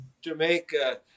Jamaica